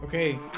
Okay